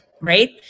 right